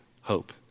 hope